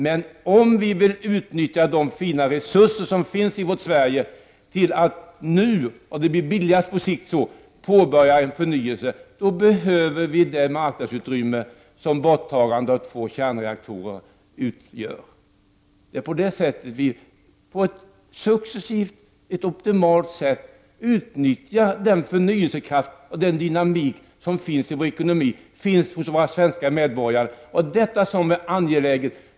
Men om vi vill utnyttja de fina resurser som finns i vårt Sverige till att nu — och det blir också på sikt billigast på det sättet — påbörja en förnyelse, då behöver vi det marknadsutrymme som avvecklandet av två kärnkraftsreaktorer skulle ge. Det är på detta sätt som vi successivt och optimalt utnyttjar den förnyelsekraft och den dynamik som finns i vår ekonomi och hos våra svenska medborgare. Detta är angeläget.